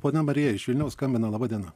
ponia marija iš vilniaus skambina laba diena